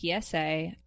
PSA